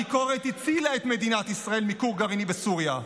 הביקורת הצילה את מדינת ישראל מכור גרעיני בסוריה.